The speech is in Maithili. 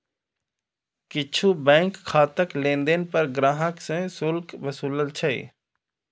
किछु बैंक खाताक लेनदेन पर ग्राहक सं शुल्क वसूलै छै